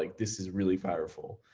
like this is really powerful.